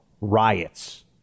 riots